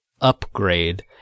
upgrade